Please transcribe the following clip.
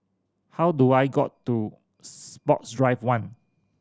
how do I got to Sports Drive One